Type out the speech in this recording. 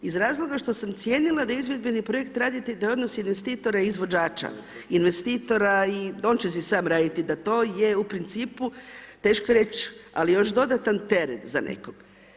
Iz razloga što sam cijenila da je izvedbeni projekt, da je odnos investitora i izvođača, investitora i on će si sam raditi, da to je u principu, teško reći, ali još dodatan teret za nekog.